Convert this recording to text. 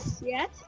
yes